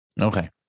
Okay